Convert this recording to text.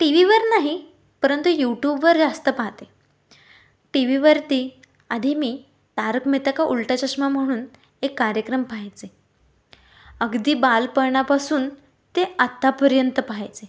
टीव्हीवर नाही परंतु यूट्यूबवर जास्त पाहते टीव्हीवरती आधी मी तारक मेहता का उलटा चष्मा म्हणून एक कार्यक्रम पाहायचे अगदी बालपणापासून ते आत्तापर्यंत पाहायचे